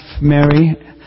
Mary